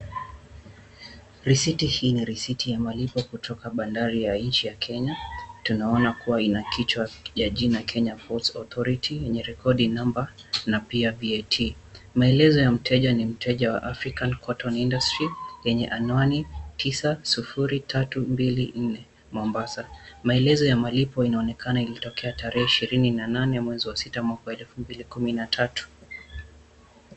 Risiti hii ni risiti ya malipo kutoka Bandari ya nchi ya Kenya. Tunaona kuwa ina kichwa cha jina KENYA PORTS AUTHORITY yenye rekodi namba na pia VAT . Maelezo ya mteja ni mteja wa African Cotton Industriy yenye anwani 90234 Mombasa. Maelezo ya malipo inaonekana ilitokea tarehe 28/06/2013.